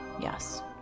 Yes